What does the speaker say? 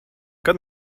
kad